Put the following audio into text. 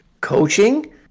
coaching